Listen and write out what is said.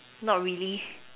not really